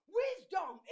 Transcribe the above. wisdom